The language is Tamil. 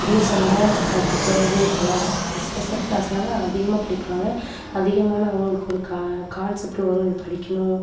டியூசனில் அதுக்கப்புறம் வே இது ஸ்பெஷல் படிப்பாங்க அதிகமான அவங்களுக்கு ஒரு க கான்செப்ட் வரும் இது படிக்கணும்